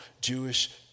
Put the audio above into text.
Jewish